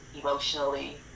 emotionally